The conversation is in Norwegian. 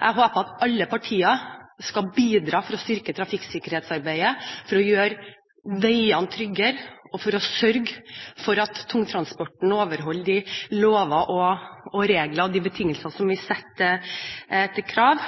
håper alle partier skal bidra for å styrke trafikksikkerhetsarbeidet, gjøre veiene tryggere og sørge for at tungtransporten overholder de lover, regler og betingelser vi setter som krav.